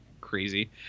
crazy